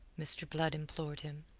mr. blood implored him.